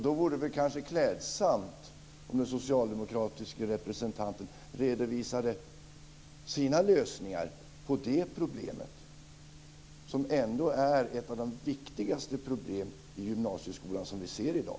Det vore kanske klädsamt om den socialdemokratiske representanten redovisade sina lösningar på det problemet, som ändå är ett av de viktigaste problem vi ser i gymnasieskolan i dag.